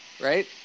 right